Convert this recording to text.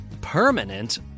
permanent